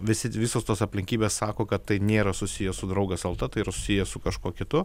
visi visos tos aplinkybės sako kad tai nėra susiję su draugas lt tai yra susiję su kažkuo kitu